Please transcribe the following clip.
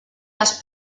les